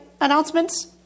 announcements